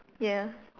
ya